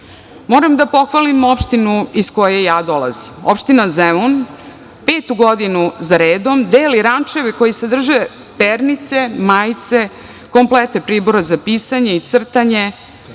da pohvalim opštinu iz koje dolazim. Opština Zemun petu godinu za redom deli rančeve koji sadrže pernice, majice, komplete pribora za pisanje i crtanje.